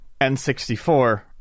N64